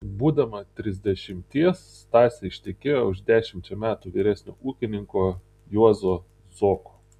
būdama trisdešimties stasė ištekėjo už dešimčia metų vyresnio ūkininko juozo zoko